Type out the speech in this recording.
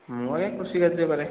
ମୁଁ ଆଜ୍ଞା କୃଷି କାର୍ଯ୍ୟ କରେ